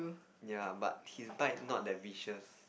ya but his bite not that vicious